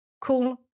cool